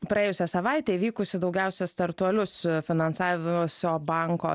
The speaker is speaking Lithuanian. praėjusią savaitę įvykusi daugiausiai startuolius finansavusio banko